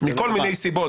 מכל מיני סיבות,